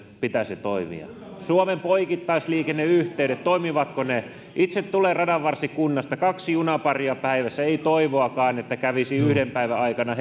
pitäisi toimia suomen poikittaisliikenneyhteydet toimivatko ne itse tulen radanvarsikunnasta kaksi junaparia päivässä ei toivoakaan että kävisi yhden päivän aikana